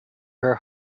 her